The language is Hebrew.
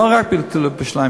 לא רק בטיפולי שיניים,